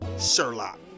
Sherlock